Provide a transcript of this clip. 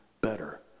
better